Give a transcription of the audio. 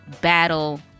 battle